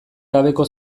gabeko